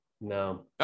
no